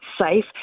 safe